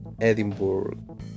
Edinburgh